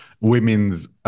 women's